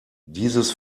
dieses